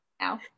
now